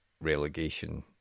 relegation